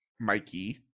Mikey